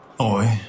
Oi